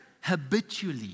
habitually